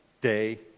day